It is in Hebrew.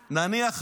נניח,